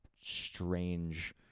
strange